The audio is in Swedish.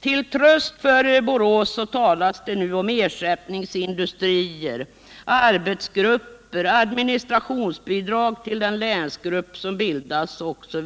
Till tröst för Borås talas det nu om ersättningsindustrier, arbetsgrupper, administrationsbidrag till den länsgrupp som bildats osv.